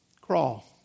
crawl